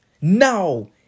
Now